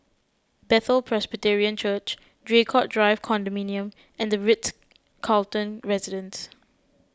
Bethel Presbyterian Church Draycott Drive Condominium and the Ritz Carlton Residences